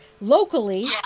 locally